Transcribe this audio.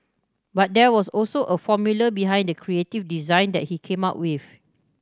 but there was also a formula behind the creative design that he came up with